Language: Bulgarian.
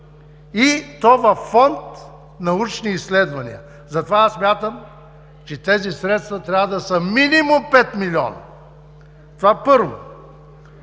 и то във Фонд „Научни изследвания“. Затова смятам, че тези средства трябва да са минимум пет милиона. Това – първо.